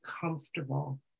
comfortable